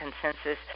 consensus